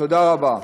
תודה רבה.